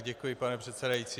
Děkuji, pane předsedající.